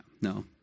No